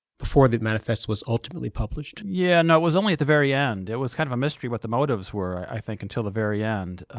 before the manifesto was ultimately published? david yeah, no, it was only at the very end. it was kind of a mystery what the motives were, i think, until the very end,